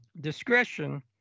discretion